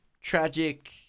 tragic